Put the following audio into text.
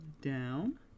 down